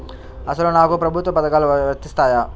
అసలు నాకు ప్రభుత్వ పథకాలు వర్తిస్తాయా?